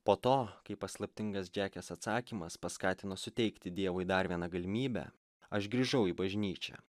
po to kai paslaptingas džekės atsakymas paskatino suteikti dievui dar vieną galimybę aš grįžau į bažnyčią